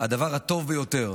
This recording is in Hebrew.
הדבר הטוב ביותר